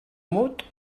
mut